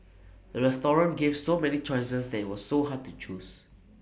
the restaurant gave so many choices that IT was so hard to choose